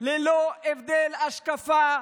ללא הבדל השקפה,